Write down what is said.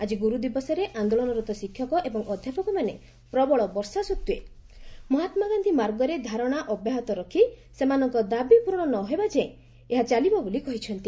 ଆକି ଗୁରୁଦିବସରେ ଆନ୍ଦୋଳନରତ ଶିକ୍ଷକ ଏବଂ ଅଧ୍ଧାପକମାନେ ପ୍ରବଳ ବର୍ଷା ସତ୍ତେ ମହାତ୍ନା ଗାନ୍ଧୀ ମାର୍ଗରେ ଧାରଶା ଅବ୍ୟାହତ ରଖି ସେମାନଙ୍ଙ ଦାବି ପୂରଣ ହେବାଯାଏଁ ଏହା ଚାଲିବ ବୋଲି କହିଛନ୍ତି